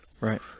right